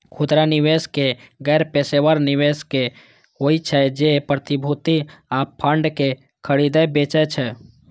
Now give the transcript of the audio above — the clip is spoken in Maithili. खुदरा निवेशक गैर पेशेवर निवेशक होइ छै, जे प्रतिभूति आ फंड कें खरीदै बेचै छै